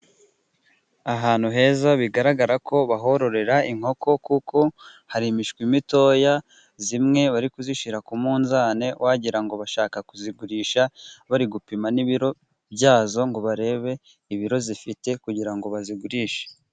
Ahantu heza bigaragara ko bahororera inkoko, kuko hari imishwi mitoya, imwe bari kuyishyira ku munzani wagirango bashaka kuyigurisha, bari gupima n'ibiro byayo, ngo barebe ibiro ifite kugira ngo bayigurishe.